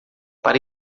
para